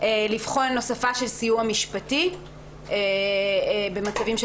לבחון הוספה של סיוע משפטי במצבים של